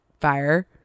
fire